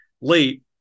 late